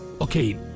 okay